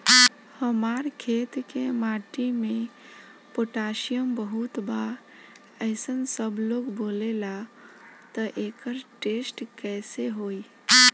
हमार खेत के माटी मे पोटासियम बहुत बा ऐसन सबलोग बोलेला त एकर टेस्ट कैसे होई?